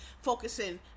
focusing